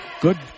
Good